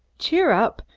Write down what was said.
cheer up!